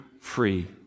free